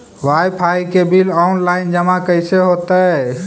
Wifi के bill online जमा कैसे होतै?